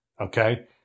okay